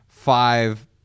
five